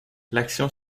l’action